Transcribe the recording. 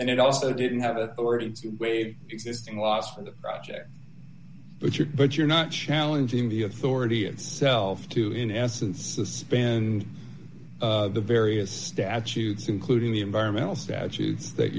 and it also didn't have it already weighed existing lost in the project but you're but you're not challenging the authority itself to in essence suspend the various statutes including the environmental statutes that